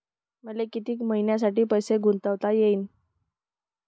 मले कितीक मईन्यासाठी पैसे गुंतवता येईन?